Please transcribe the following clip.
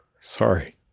sorry